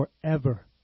forever